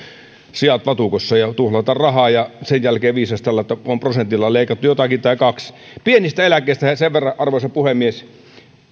siat vatukossa ja tuhlata rahaa ja sen jälkeen viisastella että on prosentilla leikattu jotakin tai kahdella pienistä eläkkeistä sen verran arvoisa puhemies